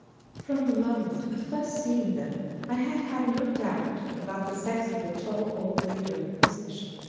from the moment of first seeing them i had had no doubt about the sex of the tall old leader of the procession,